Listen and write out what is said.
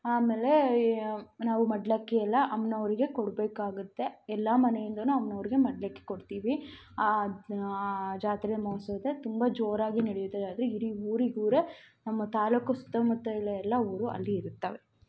ಆಮೇಲೆ ನಾವು ಮಡಿಲಕ್ಕಿ ಎಲ್ಲ ಅಮ್ಮನವ್ರಿಗೆ ಕೊಡಬೇಕಾಗುತ್ತೆ ಎಲ್ಲ ಮನೆಯಿಂದಾನೂ ಅಮ್ಮನವ್ರ್ಗೆ ಮಡಿಲಕ್ಕಿ ಕೊಡ್ತೀವಿ ಆ ಜಾತ್ರೆ ಮಹೋತ್ಸವ ತುಂಬ ಜೋರಾಗಿ ನಡೆಯುತ್ತದೆ ಆದರೆ ಇಡೀ ಊರಿಗೆ ಊರೇ ನಮ್ಮ ತಾಲೂಕು ಸುತ್ತಮುತ್ತ ಎಲ್ಲ ಎಲ್ಲ ಊರು ಅಲ್ಲಿ ಇರುತ್ತವೆ